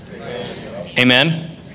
Amen